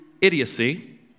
idiocy